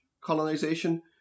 colonization